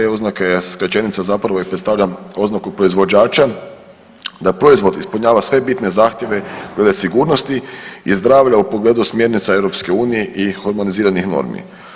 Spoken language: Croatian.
CE oznaka je skraćenica zapravo i predstavlja oznaku proizvođača da proizvod ispunjava sve bitne zahtjeve glede sigurnosti i zdravlja u pogledu smjernica Europske unije i hormoniziranih normi.